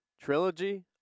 trilogy